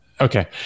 Okay